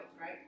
right